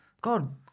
god